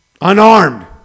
unarmed